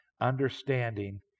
understanding